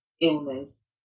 illness